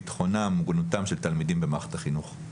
ביטחונם ומוגנותם של תלמידים במערכת החינוך.